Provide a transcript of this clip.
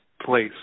place